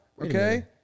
okay